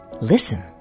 Listen